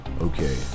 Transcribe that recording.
Okay